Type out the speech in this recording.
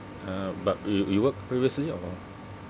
uh but you you work previously or